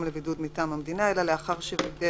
לבידוד מטעם המדינה אלא לאחר שווידא